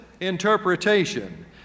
interpretation